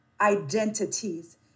identities